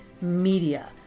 Media